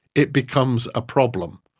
it becomes a problem,